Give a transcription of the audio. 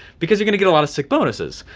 because you're gonna get a lot of sick bonuses.